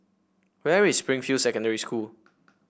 where is Springfield Secondary School